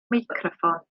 meicroffon